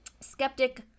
skeptic